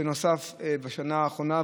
שנוסף בשנה האחרונה,